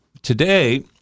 Today